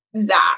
Zach